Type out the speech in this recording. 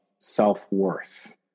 self-worth